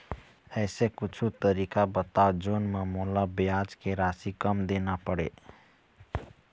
ऐसे कुछू तरीका बताव जोन म मोला ब्याज के राशि कम देना पड़े?